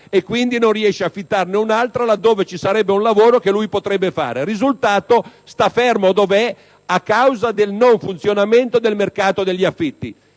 quindi non riesce ad affittarne un'altra per sé là dove ci sarebbe un lavoro che potrebbe fare. Risultato? Sta fermo dov'è, a causa del non funzionamento del mercato degli affitti.